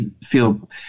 feel